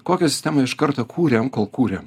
kokią sistemą iš karto kūrėm kol kūrėm